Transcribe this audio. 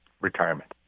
retirement